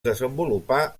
desenvolupà